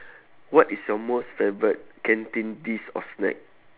what is your most favourite canteen dish or snack